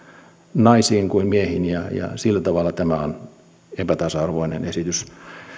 naisiin kuin miehiin ja ja sillä tavalla tämä on epätasa arvoinen esitys